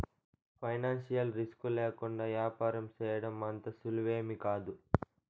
financial risk లేకుండా యాపారం సేయడం అంత సులువేమీకాదు